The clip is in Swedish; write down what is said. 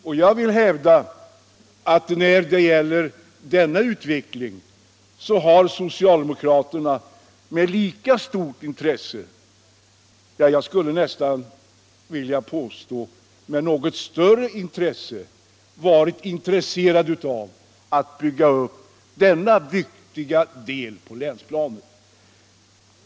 På tal om denna utveckling har socialdemokraterna med lika stort intresse — jag skulle nästan vilja påstå med något större intresse än de andra partierna — varit angelägna om att bygga upp denna viktiga verksamhet på länsplanet.